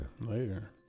later